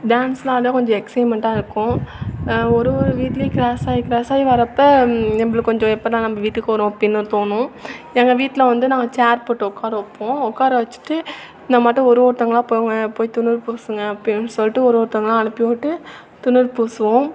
டான்ஸ்லாம் ஆடுன்னா கொஞ்சம் எக்ஸைட்மெண்ட்டாக இருக்கும் ஒரு ஒரு வீட்லேயும் க்ராஸாகி க்ராஸாகி வரப்போ நம்மளுக்கு கொஞ்சம் எப்படா நம்ம வீட்டுக்கு வரும் அப்படின்னு தோணும் எங்கள் வீட்டில் வந்து நாங்கள் சேர் போட்டு உட்கார வைப்போம் உட்கார வச்சிட்டு இந்த மட்டோம் ஒரு ஒருத்தவங்களா போங்க போய் தின்னூறு பூசுங்க அப்படின்னு சொல்லிட்டு ஒரு ஒருத்தவங்களா அனுப்பி விட்டு தின்னூறு பூசுவோம்